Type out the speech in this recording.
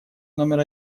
номер